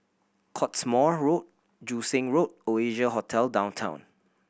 Cottesmore Road Joo Seng Road Oasia Hotel Downtown